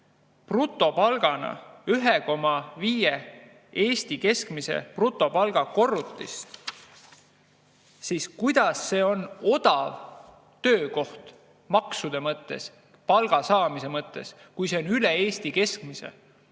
1,5 ja Eesti keskmise brutopalga korrutis, siis kuidas see on odav töökoht maksude mõttes, palga saamise mõttes, kui see on üle Eesti keskmise?